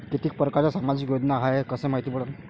कितीक परकारच्या सामाजिक योजना हाय कस मायती पडन?